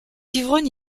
ivrogne